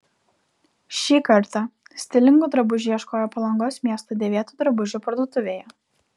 šį kartą stilingų drabužių ieškojo palangos miesto dėvėtų drabužių parduotuvėje